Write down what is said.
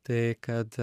tai kad